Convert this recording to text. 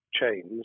chains